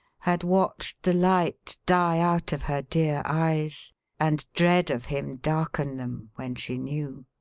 had watched the light die out of her dear eyes and dread of him darken them, when she knew.